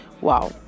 Wow